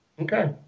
Okay